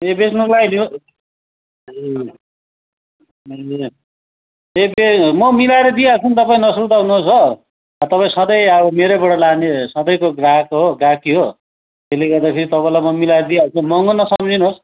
ए बेच्नुको लागि हो ए ए म मिलाएर दिइहाल्छु नि तपाईँ नसुर्ताउनु होस् हो तपाईँ सधैँ हो मेरोबाट लाने सधैँको ग्राहक हो ग्राहकी हो तेले गर्दाखेरि तपाईँलाई म मिलाएर दिइहाल्छु महँगो नसम्झिदिनुहोस्